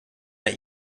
not